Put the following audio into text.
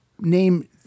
name